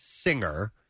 singer